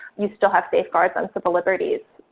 you still have safeguards on civil liberties.